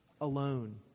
alone